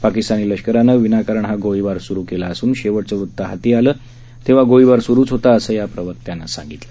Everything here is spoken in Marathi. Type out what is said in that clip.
पाकिस्तानी लष्करानं विनाकारण हा गोळीबार स्रू केला असून शेवटचं वृत्त हाती आलं तेंव्हा गोळीबार सुरूच होता असं या प्रवक्त्यानं सांगितलं